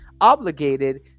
obligated